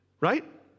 Right